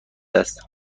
است